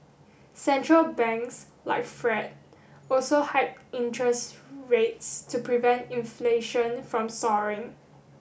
central banks like the Fed also hiked interest rates to prevent inflation from soaring